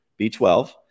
B12